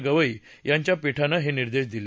गवई यांच्या पिठांनं हे निर्देश दिले